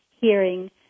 hearing